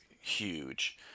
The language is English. huge